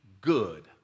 good